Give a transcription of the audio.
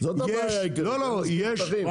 זאת הבעיה העיקרית, שאין מספיק שטחים.